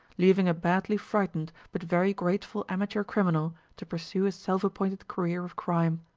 leaving a badly frightened but very grateful amateur criminal to pursue his self-appointed career of crime.